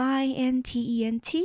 intent